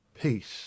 Peace